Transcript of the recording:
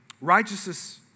righteousness